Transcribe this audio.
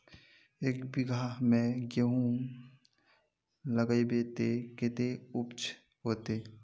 एक बिगहा में गेहूम लगाइबे ते कते उपज होते?